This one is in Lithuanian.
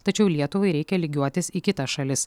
tačiau lietuvai reikia lygiuotis į kitas šalis